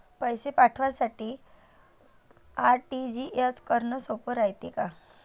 पैसे पाठवासाठी आर.टी.जी.एस करन हेच सोप रायते का?